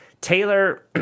Taylor